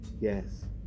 Yes